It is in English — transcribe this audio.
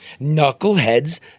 Knuckleheads